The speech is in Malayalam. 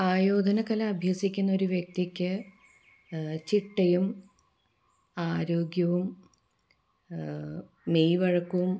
ആയോധന കല അഭ്യസിക്കുന്ന ഒരു വ്യക്തിക്ക് ചിട്ടയും ആരോഗ്യവും മെയ് വഴക്കവും